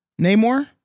Namor